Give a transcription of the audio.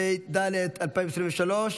התשפ"ד 2023,